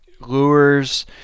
lures